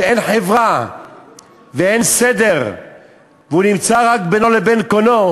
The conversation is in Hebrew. כשאין חברה ואין סדר והוא נמצא רק בינו לבין קונו,